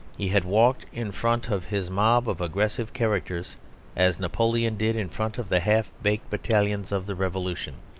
he had walked in front of his mob of aggressive characters as napoleon did in front of the half-baked battalions of the revolution.